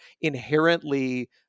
inherently